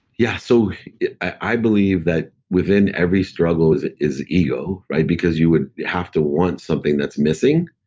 yeah. so i believe that within every struggle is is ego. right? because you would have to want something that's missing.